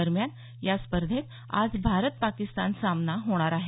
दरम्यान या स्पर्धेत आज भारत पाकिस्तान सामना होणार आहे